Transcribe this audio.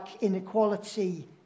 inequality